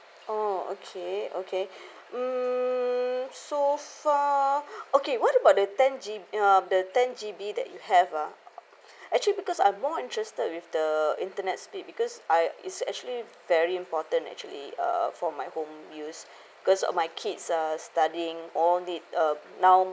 oh okay okay mm so far okay what about the ten G uh the ten G_B that you have ah actually because I'm more interested with the internet speed because I it's actually very important actually for my home use because of my kids are studying all need uh now